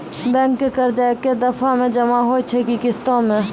Bank के कर्जा ऐकै दफ़ा मे जमा होय छै कि किस्तो मे?